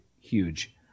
huge